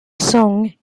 song